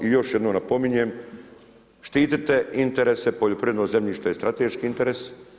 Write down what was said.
I još jednom napominjem štitite interese poljoprivrednog zemljišta i strateški interes.